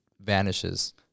vanishes